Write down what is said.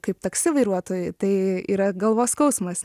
kaip taksi vairuotojai tai yra galvos skausmas